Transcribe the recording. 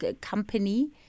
company